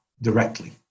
directly